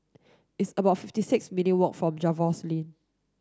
it's about fifty six minutes' walk to Jervois Lane